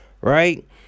right